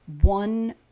one